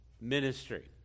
ministry